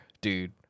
dude